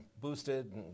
boosted